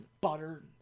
butter